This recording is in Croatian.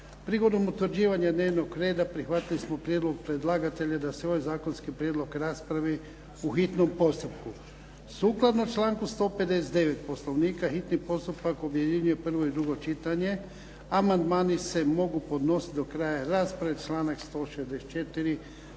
Prigodom utvrđivanja dnevnog reda prihvatili smo prijedlog predlagatelja da se ovaj zakonski prijedlog raspravi u hitnom postupku. Sukladno članku 159. Poslovnika hitni postupak objedinjuje prvo i drugo čitanje. Amandmani se mogu podnositi do kraja rasprave, članak 164.